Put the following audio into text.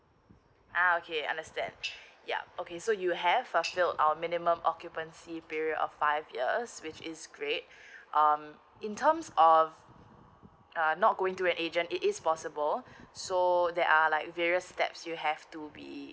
uh okay understand ya okay so you have fulfilled our minimum occupancy period of five years which is great um in terms of uh ya not going to an agent it is possible so there are like various steps you have to be